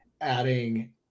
adding